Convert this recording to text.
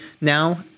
Now